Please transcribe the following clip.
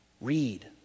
read